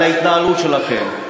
על ההתנהלות שלכם.